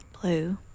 Blue